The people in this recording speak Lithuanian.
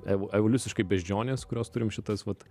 evo evoliuciškai beždžionės kurios turim šitas vat